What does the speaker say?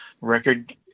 record